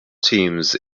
teams